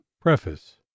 Preface